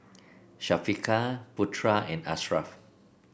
Syafiqah Putera and Ashraf